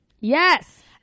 Yes